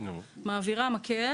מעבירה מקל